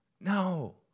No